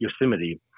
Yosemite